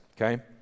okay